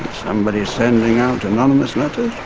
somebody's sending out anonymous letters,